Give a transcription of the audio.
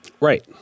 Right